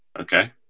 Okay